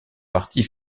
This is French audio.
partie